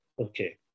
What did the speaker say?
okay